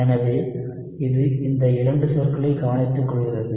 எனவே இது இந்த 2 சொற்களை கவனித்துக்கொள்கிறது